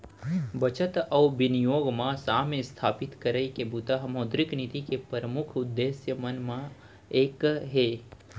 बचत अउ बिनियोग म साम्य इस्थापित करई के बूता ह मौद्रिक नीति के परमुख उद्देश्य मन म एक हे